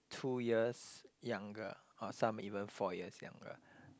two years younger or some even four years younger